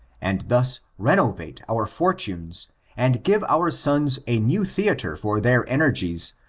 and thus renovate our fortunes and give our sons a new theatre for their energies,